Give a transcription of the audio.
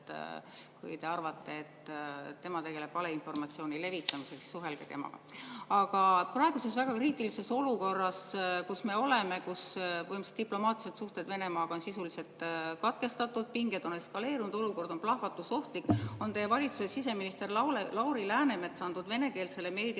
kui te arvate, et tema tegeleb valeinformatsiooni levitamisega, siis suhelge temaga. Aga praeguses väga kriitilises olukorras, kus me oleme, kus põhimõtteliselt diplomaatilised suhted Venemaaga on sisuliselt katkestatud, pinged on eskaleerunud, olukord on plahvatusohtlik, on teie valitsuse siseminister Lauri Läänemets andnud venekeelsele meediaväljaandele